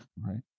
Right